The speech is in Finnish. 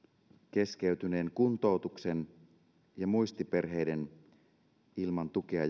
keskeytyneen kuntoutuksen ja muistiperheiden jäämisen ilman tukea